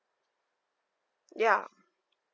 ya